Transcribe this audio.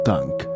Tank